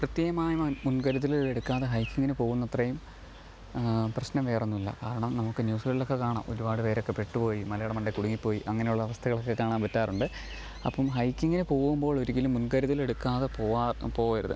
കൃത്യമായ മുൻകരുതലുകളെടുക്കാതെ ഹൈക്കിംഗിനു പോകുന്നത്രയും പ്രശ്നം വേറൊന്നുമില്ല കാരണം നമുക്ക് ന്യൂസുകളിലൊക്കെ കാണാം ഒരുപാട് പേരൊക്കെ പെട്ടു പോയി മലയുടെ മണ്ടേ കുടുങ്ങിപ്പോയി അങ്ങനെയുള്ള അവസ്ഥകളൊക്കെ കാണാൻ പറ്റാറുണ്ട് അപ്പം ഹൈക്കിംഗിന് പോകുമ്പോളൊരിക്കലും മുൻകരുതലെടുക്കാതെ പോവാ പോകരുത്